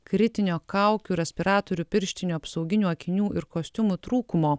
kritinio kaukių respiratorių pirštinių apsauginių akinių ir kostiumų trūkumo